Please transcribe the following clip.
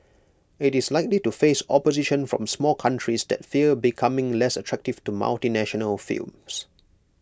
IT is likely to face opposition from small countries that fear becoming less attractive to multinational films